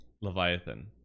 Leviathan